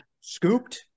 scooped